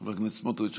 חבר הכנסת סמוטריץ',